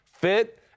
fit